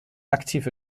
aktiv